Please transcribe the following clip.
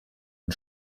und